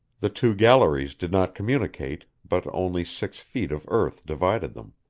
the two galleries did not communicate, but only six feet of earth divided them.